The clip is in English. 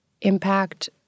impact